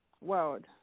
world